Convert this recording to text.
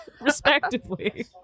respectively